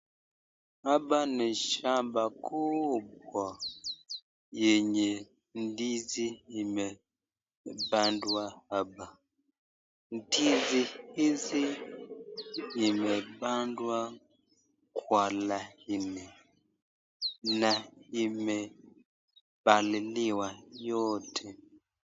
Hapa ni shamba kubwa yenye ndizi imepandwa hapa , ndizi hizi imepandwa kwa laini na imepaliliwa yote.